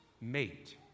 mate